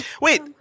Wait